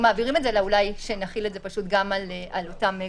אלא אולי שנחיל את זה פשוט גם על אותם גופים.